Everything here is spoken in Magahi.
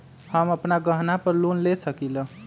हम अपन गहना पर लोन ले सकील?